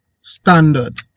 standard